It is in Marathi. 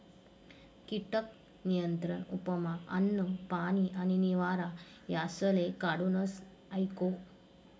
कीटक नियंत्रण उपयमा अन्न, पानी आणि निवारा यासले काढूनस एको